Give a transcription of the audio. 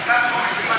בקריאה טרומית.